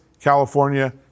California